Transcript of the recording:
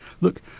Look